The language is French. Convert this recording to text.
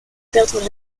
perdre